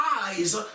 eyes